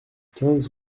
quinze